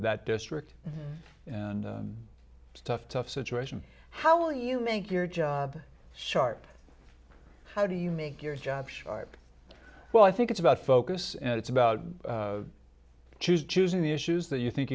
that district and a tough tough situation how will you make your job sharp how do you make your job well i think it's about focus and it's about jews choosing the issues that you think